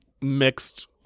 mixed